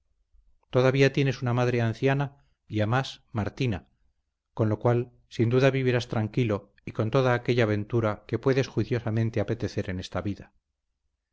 todavía tienes una madre anciana y a más martina con lo cual sin duda vivirás tranquilo y con toda aquella ventura que puedes juiciosamente apetecer en esta vida